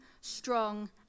strong